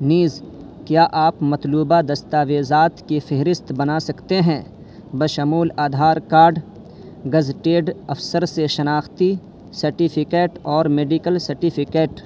نیز کیا آپ مطلوبہ دستاویزات کی فہرست بنا سکتے ہیں بشمول آدھار کارڈ گزٹیڈ افسر سے شناختی سرٹیفکیٹ اور میڈیکل سرٹیفکیٹ